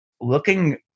looking